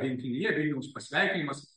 rinkinyje vilniaus pasveikinimas